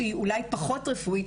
לא כל כך הרבה זמן,